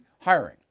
hiring